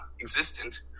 existent